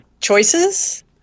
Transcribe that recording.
choices